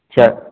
अच्छा